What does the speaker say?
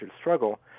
struggle